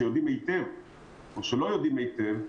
שיודעים היטב או שלא יודעים היטב,